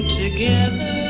together